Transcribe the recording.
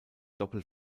doppel